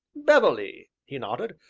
beverley, he nodded,